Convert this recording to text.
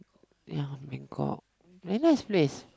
ya Bangkok very nice place